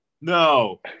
No